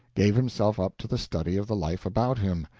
gave himself up to the study of the life about him,